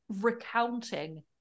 recounting